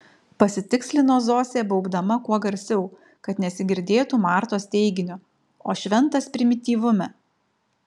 pasitikslino zosė baubdama kuo garsiau kad nesigirdėtų martos teiginio o šventas primityvume